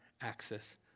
access